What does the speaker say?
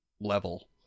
level